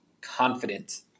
confident